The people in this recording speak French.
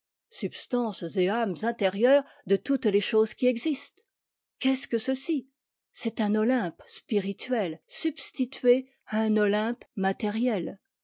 substances et âmes intérieures de toutes les choses qui existent qu'est-ce que ceci c'est un olympe spirituel substitué à un olympe matériel